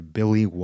Billy